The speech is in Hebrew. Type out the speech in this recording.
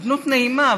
אדנות נעימה,